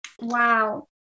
Wow